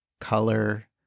color